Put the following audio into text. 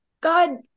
God